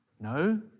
No